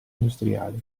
industriali